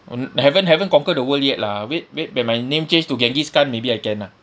on haven't haven't conquer the world yet lah wait wait when my name change to genghis khan maybe I can ah